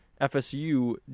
FSU